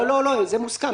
לא, זה מוסכם.